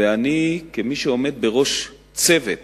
ואני, כמי שעומד בראש צוות